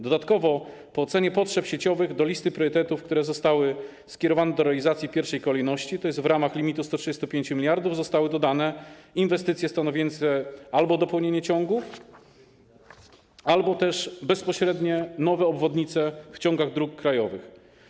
Dodatkowo po ocenie potrzeb sieciowych do listy priorytetów, które zostały skierowane do realizacji w pierwszej kolejności, tj. w ramach limitu 135 mld, zostały dodane inwestycje stanowiące dopełnienie ciągów albo bezpośrednie nowe obwodnice w ciągach dróg krajowych.